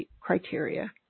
criteria